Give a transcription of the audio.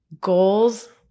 goals